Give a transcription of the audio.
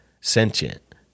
sentient